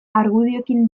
argudioekin